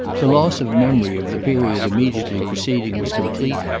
the loss of memory of the period immediately preceding was complete,